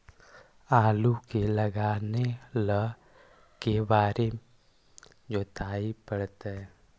आलू के लगाने ल के बारे जोताबे पड़तै?